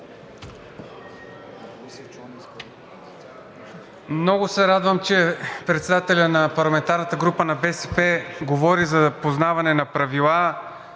Много се радвам, че председателят на парламентарната група на БСП говори за познаване на правила